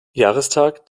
jahrestag